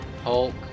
Hulk